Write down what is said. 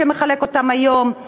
שמחלק היום את